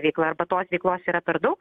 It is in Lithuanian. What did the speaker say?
veikla arba tos veiklos yra per daug